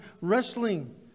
wrestling